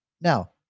Now